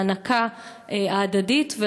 ההענקה ההדדית,